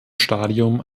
stadium